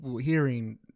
hearing